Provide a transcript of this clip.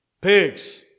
Pigs